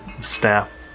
staff